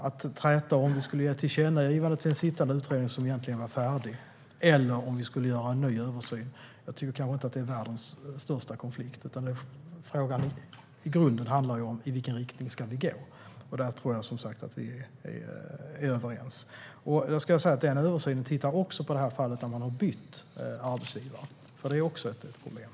Att träta om huruvida vi skulle ge tilläggsdirektiv till en sittande utredning som egentligen var färdig eller om vi skulle göra en ny översyn tycker jag kanske inte är världens största konflikt. Frågan handlar i grunden om i vilken riktning vi ska gå. Där tror jag, som sagt, att vi är överens. Vid denna översyn tittar man också på sådana fall där människor har bytt arbetsgivare, vilket också är ett problem.